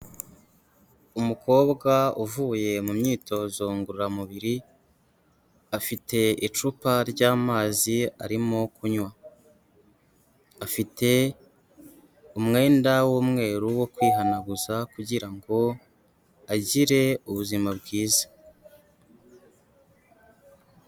Umukobwa uvuye mu myitozo ngororamubiri, afite icupa ry'amazi arimo kunywa, afite umwenda w'umweru wo kwihanaguza kugira ngo agire ubuzima bwiza.